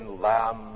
lamb